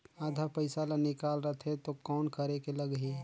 आधा पइसा ला निकाल रतें तो कौन करेके लगही?